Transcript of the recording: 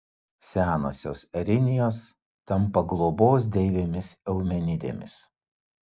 senosios erinijos tampa globos deivėmis eumenidėmis